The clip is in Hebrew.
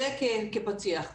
זה כפתיח.